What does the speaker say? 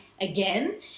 again